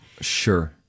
Sure